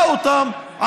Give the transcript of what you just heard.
למרות שסיפחה אותם,